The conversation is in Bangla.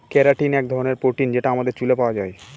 কেরাটিন এক ধরনের প্রোটিন যেটা আমাদের চুলে পাওয়া যায়